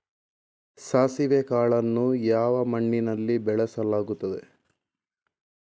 ಸಾಸಿವೆ ಕಾಳನ್ನು ಯಾವ ಮಣ್ಣಿನಲ್ಲಿ ಬೆಳೆಸಲಾಗುತ್ತದೆ?